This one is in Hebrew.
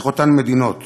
איך אותן מדינות